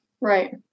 Right